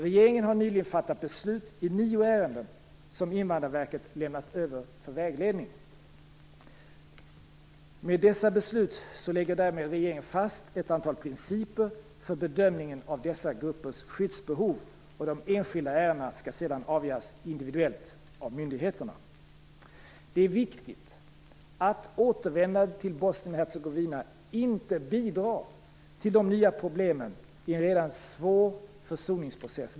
Regeringen har nyligen fattat beslut i nio ärenden som Invandrarverket lämnat över för vägledning. Med dessa beslut lägger regeringen fast ett antal principer för bedömningen av dessa gruppers skyddsbehov, och de enskilda ärendena skall sedan avgöras individuellt av myndigheterna. Det är viktigt att återvändandet till Bosnien Hercegovina inte bidrar till att skapa nya problem i en redan svår försoningsprocess.